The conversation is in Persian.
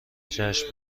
جشن